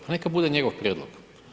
Pa neka bude njegov prijedlog.